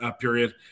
period